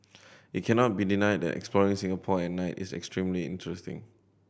it cannot be denied that exploring Singapore at night is extremely interesting